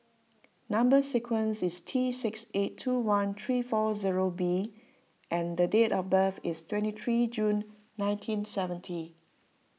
Number Sequence is T six eight two one three four zero B and date of birth is twenty three June nineteen seventy